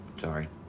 sorry